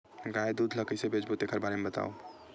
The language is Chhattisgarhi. गाय दूध ल कइसे बेचबो तेखर बारे में बताओ?